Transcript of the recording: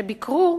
שביקרו